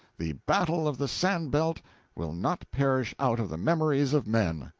the battle of the sand-belt will not perish out of the memories of men.